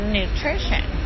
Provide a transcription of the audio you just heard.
nutrition